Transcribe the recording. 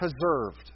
preserved